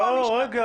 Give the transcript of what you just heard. דרשו המשטרה